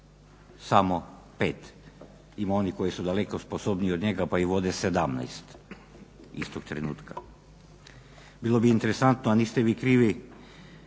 samo 5. Ima onih koji su daleko sposobniji od njega pa ih vode 17 istog trenutka. Bilo bi interesantno, a niste vi krivi